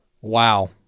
Wow